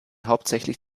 hauptsächlich